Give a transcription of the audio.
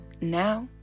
Now